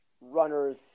runners